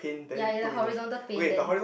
ya in the horizontal pane then